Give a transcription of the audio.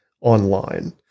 online